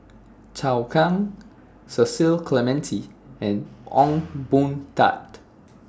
Zhou Can Cecil Clementi and Ong Boon Tat